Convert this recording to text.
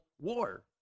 War